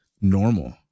normal